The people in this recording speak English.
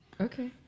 Okay